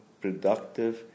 productive